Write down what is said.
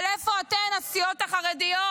אבל איפה אתם, הסיעות החרדיות,